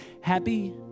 Happy